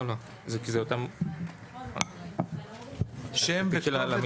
לא, לא, כי זה אותם --- שם ותואר.